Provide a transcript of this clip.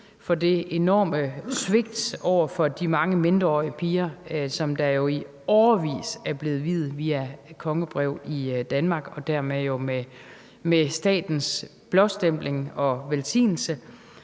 for det enorme svigt over for de mange mindreårige piger, som i årevis er blevet viet via kongebrev i Danmark og dermed med statens blåstempling og velsignelse.